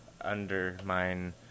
undermine